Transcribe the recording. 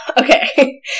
Okay